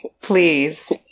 Please